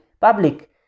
public